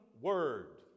word